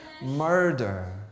murder